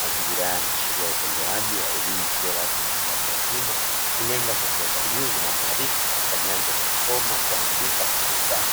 Mazingira haya yanaashiria utolewaji wa elimu isiyo rasmi na ya watu wazima ikilenga kuongeza ujuzi na maarifa katika nyanja za kusoma, kuandika na kuhesabu.